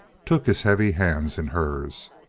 took his heavy hands in hers.